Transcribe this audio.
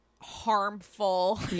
harmful